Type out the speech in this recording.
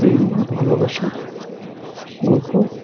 প্রেম ও ভালোবাসার গল্প